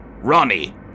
Ronnie